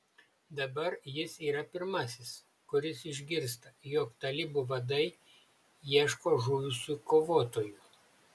dabar jis yra pirmasis kuris išgirsta jog talibų vadai ieško žuvusių kovotojų